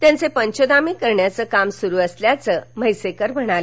त्यांचे पंचनामे करण्याचं कामही सुरू असल्याचं म्हैसेकर म्हणाले